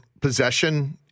possession